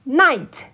night